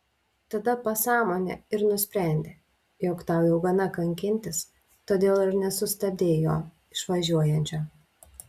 tada pasąmonė ir nusprendė jog tau jau gana kankintis todėl ir nesustabdei jo išvažiuojančio